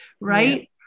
right